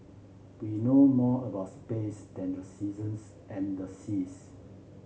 we know more about space than the seasons and the seas